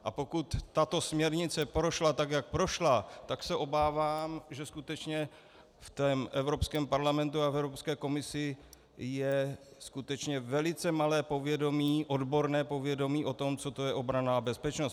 A pokud tato směrnice prošla, tak jak prošla, tak se obávám, že skutečně v Evropském parlamentu a v Evropské komisi je skutečně velice malé povědomí, odborné povědomí o tom, co je to obranná bezpečnost.